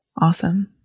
Awesome